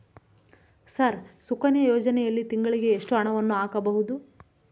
Sir Sukanya ಯೋಜನೆಯಲ್ಲಿ ತಿಂಗಳಿಗೆ ಎಷ್ಟು ಹಣವನ್ನು ಹಾಕಬಹುದು?